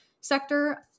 sector